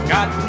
Got